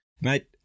Mate